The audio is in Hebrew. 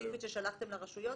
הספציפית ששלחתם לרשויות?